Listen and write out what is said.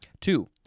Two